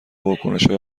واکنشهای